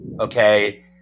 Okay